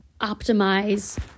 optimize